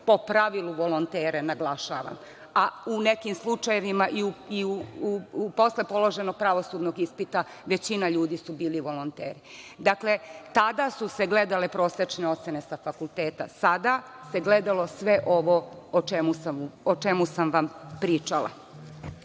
po pravilu volontere, naglašavam. A u nekim slučajevima i posle položenog pravosudnog ispita, većina ljudi su bili volonteri. Dakle, tada su se gledale prosečne ocene sa fakulteta. Sada se gledalo sve ovo o čemu sam vam pričala. Budući